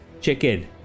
Chicken